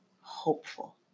hopeful